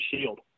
shield